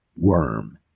worm